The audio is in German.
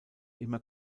immer